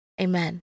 Amen